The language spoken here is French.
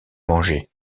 manger